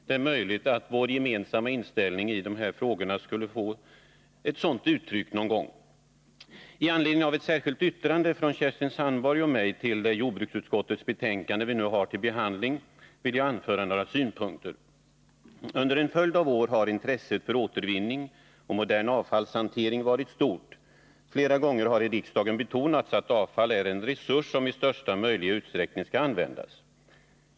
Det är möjligt att vår gemensamma inställning i de här frågorna borde få ett sådant uttryck någon gång. I anledning av ett särskilt yttrande från Kerstin Sandborg och mig till det jordbruksutskottets betänkande vi nu har till behandling vill jag anföra några synpunkter. Under en följd av år har intresset för återvinning och modern avfallshantering varit stort. Flera gånger har i riksdagen betonats att avfall är en resurs som i största möjliga utsträckning skall användas.